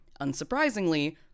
Unsurprisingly